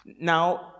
Now